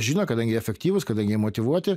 žino kadangi jie efektyvūs kadangi jie motyvuoti